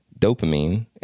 dopamine